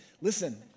Listen